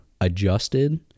adjusted